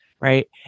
Right